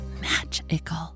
magical